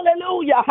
Hallelujah